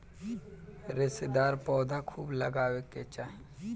रेशेदार पौधा खूब लगावे के चाही